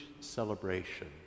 celebration